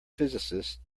physicist